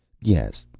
yes.